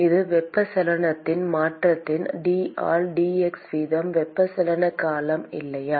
இது வெப்பச்சலனத்தின் மாற்றத்தின் d ஆல் dx வீதம் வெப்பச்சலன கால இல்லையா